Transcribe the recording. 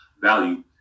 value